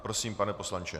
Prosím, pane poslanče.